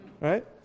Right